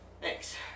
Thanks